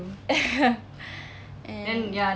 and